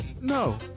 No